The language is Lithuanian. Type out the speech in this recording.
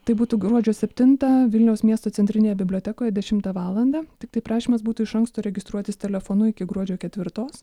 tai būtų gruodžio septintą vilniaus miesto centrinėje bibliotekoje dešimtą valandą tiktai prašymas būtų iš anksto registruotis telefonu iki gruodžio ketvirtos